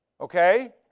Okay